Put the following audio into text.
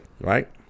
Right